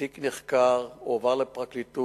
התיק נחקר, הועבר לפרקליטות,